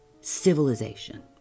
civilization